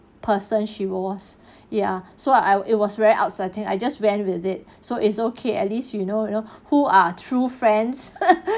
person she was ya so I it was very upsetting I just went with it so it's okay at least you know you know who are true friends